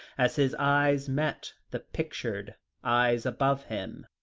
as his eyes met the pictured eyes above him.